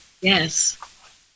Yes